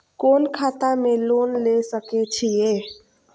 कोन खाता में लोन ले सके छिये?